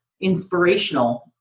inspirational